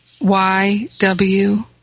Y-W